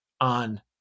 on